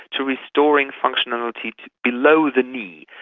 to restoring functionality to below the knee,